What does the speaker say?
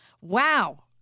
Wow